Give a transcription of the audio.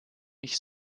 mich